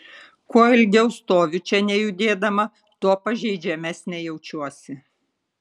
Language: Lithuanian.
kuo ilgiau stoviu čia nejudėdama tuo pažeidžiamesnė jaučiuosi